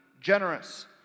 generous